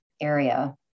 area